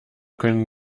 können